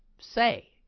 say